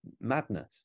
madness